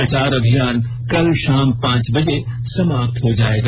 प्रचार अभियान कल शाम पांच बजे समाप्त हो जायेगा